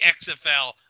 XFL